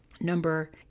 Number